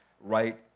right